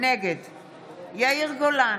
נגד יאיר גולן,